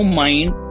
mind